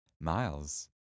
Miles